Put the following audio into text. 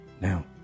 Now